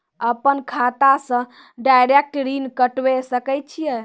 अपन खाता से डायरेक्ट ऋण कटबे सके छियै?